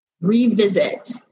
revisit